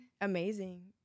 Amazing